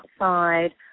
outside